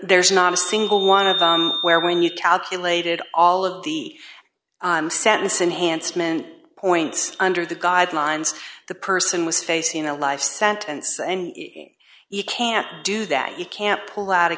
there's not a single one of them where when you calculated all of the sentence enhanced men points under the guidelines the person was facing a life sentence and you can't do that you can't pull out